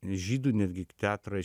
žydų netgi teatrai